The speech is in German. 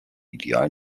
ideal